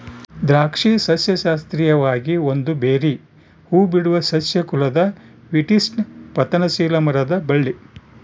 ದ್ರಾಕ್ಷಿ ಸಸ್ಯಶಾಸ್ತ್ರೀಯವಾಗಿ ಒಂದು ಬೆರ್ರೀ ಹೂಬಿಡುವ ಸಸ್ಯ ಕುಲದ ವಿಟಿಸ್ನ ಪತನಶೀಲ ಮರದ ಬಳ್ಳಿ